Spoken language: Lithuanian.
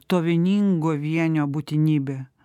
to vieningo vienio būtinybė